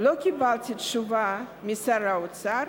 לא קיבלתי תשובה משר האוצר.